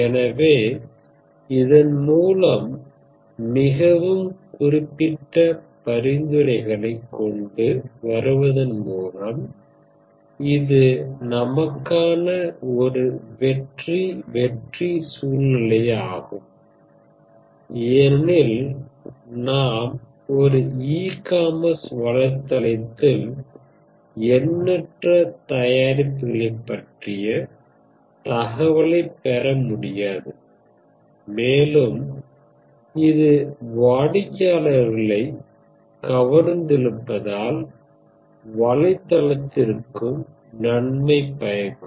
எனவே இதன் மூலம் மிகவும் குறிப்பிட்ட பரிந்துரைகளை கொண்டு வருவதன் மூலம் இது நமக்கான ஒரு வெற்றி வெற்றி சூழ்நிலையாகும் ஏனெனில் நாம் ஒரு ஈ காமர்ஸ் வலைத்தளத்தில் எண்ணற்ற தயாரிப்புகளை பற்றிய தகவலை பெற முடியாது மேலும் இது வாடிக்கையாளர்களை கவர்ந்திழுப்பதால் வலைத்தளத்திற்கும் நன்மை பயக்கும்